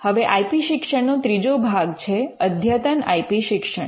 હવે I P શિક્ષણનો ત્રીજો ભાગ છે અદ્યતન આઇ પી શિક્ષણ